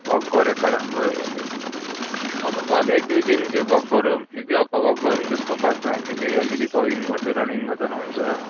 walk गरेको राम्रो हजुर पहिला एक दुई दिन चाहिँ वक गरौँ एक दुई हप्ता वक गरौँ त्यसको बादमा हामीले अलिअलि जगिङ गर्दै रनिङ गर्दा पनि हुन्छ